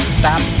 stop